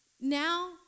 now